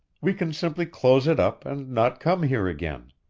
we can simply close it up and not come here again.